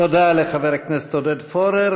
תודה לחבר הכנסת עודד פורר.